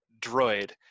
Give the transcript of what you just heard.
droid